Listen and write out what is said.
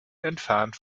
entfernt